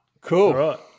Cool